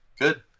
Good